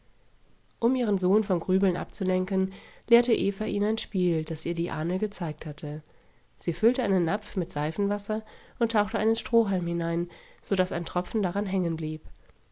um ihren sohn vom grübeln abzulenken lehrte eva ihn ein spiel das ihr die ahnl gezeigt hatte sie füllte einen napf mit seifenwasser und tauchte einen strohhalm hinein so daß ein tropfen daran hängenblieb